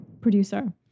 producer